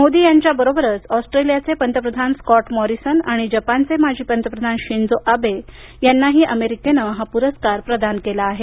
मोदी यांच्याबरोबरच ऑस्ट्रेलियाचे पंतप्रधान स्कॉट मॉरिसन आणि जपानचे माजी पंतप्रधान शिझो अॅबे यांनाही अमेरिकेनं हा पुरस्कार प्रदान केला आहे